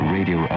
Radio